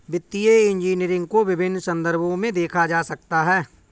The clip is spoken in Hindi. वित्तीय इंजीनियरिंग को विभिन्न संदर्भों में देखा जा सकता है